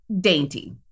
dainty